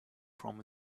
from